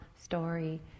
story